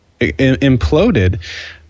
imploded